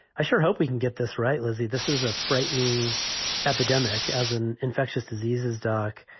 i sure hope we can get this right. lizzie, this is a frightening epidemic as an infectious diseases doc.